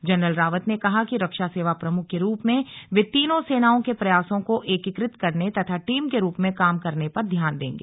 general Rawat ने कहा कि रक्षा सेवा प्रमुख के रूप में वे तीनों सेनाओं के प्रयासों को एकीकृत करने तथा टीम के रूप में काम करने पर ध्यान देंगे